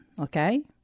okay